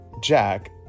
Jack